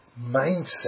mindset